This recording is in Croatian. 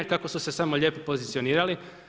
Kako su se samo lijepo pozicionirali?